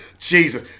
Jesus